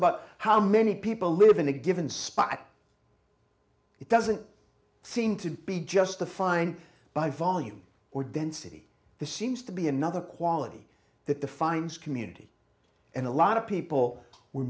about how many people live in a given spot it doesn't seem to be just the fine by volume or density the seems to be another quality that the fines community and a lot of people were